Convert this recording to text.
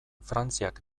frantziak